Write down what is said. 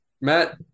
matt